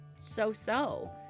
so-so